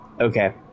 okay